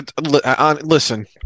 listen